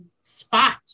spot